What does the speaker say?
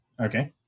Okay